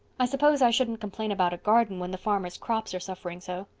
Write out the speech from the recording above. i suppose i shouldn't complain about a garden when the farmers' crops are suffering so.